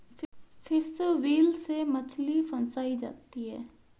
fish wheel से मछली फँसायी जाती है